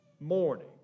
morning